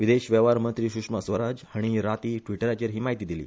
विदेश वेवहार मंत्री सुषमा स्वराज हाणी राती ट्विटराचेर ही म्हायती दिली